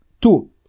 two